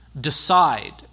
Decide